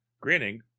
Grinning